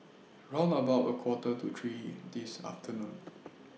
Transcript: round about A Quarter to three This afternoon